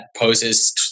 poses